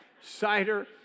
Cider